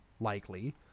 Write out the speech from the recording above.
likely